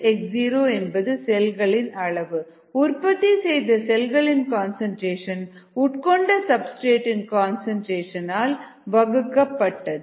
x x0 என்பது செல்களின் அளவு உற்பத்தி செய்த செல்களின் கன்சன்ட்ரேஷன் உட்கொண்ட சப்ஸ்டிரேட் இன் கன்சன்ட்ரேஷன் ஆல் வகுக்கப்பட்டது